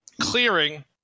clearing